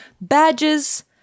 badges